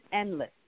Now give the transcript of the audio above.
endless